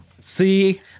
see